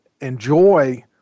enjoy